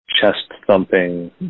chest-thumping